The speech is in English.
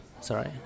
Sorry